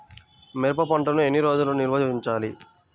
మిరప పంటను ఎన్ని రోజులు నిల్వ ఉంచాలి?